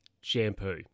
shampoo